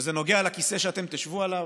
כשזה נוגע לכיסא שאתם תשבו עליו,